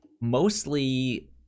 mostly